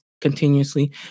continuously